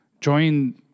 join